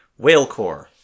whalecore